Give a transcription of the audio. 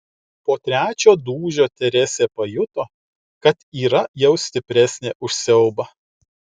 po trečio dūžio teresė pajuto kad yra jau stipresnė už siaubą